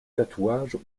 tatouages